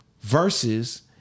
Versus